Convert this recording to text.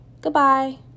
Goodbye